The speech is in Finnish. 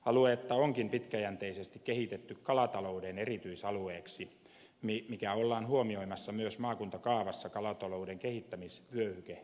aluetta onkin pitkäjänteisesti kehitetty kalatalouden erityisalueeksi mikä ollaan huomioimassa myös maakuntakaavassa kalatalouden kehittämisvyöhyke merkinnällä